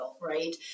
right